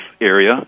area